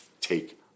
Take